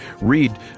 read